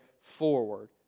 forward